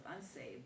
unsaved